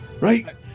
Right